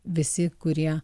visi kurie